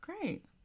Great